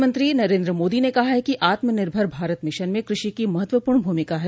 प्रधानमंत्री नरेंद्र मोदी ने कहा कि आत्मनिर्भर भारत मिशन में कृषि की महत्वपूर्ण भूमिका है